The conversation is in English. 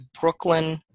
Brooklyn